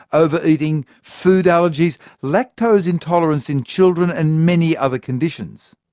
overeating, food allergies, lactose intolerance in children and many other conditions.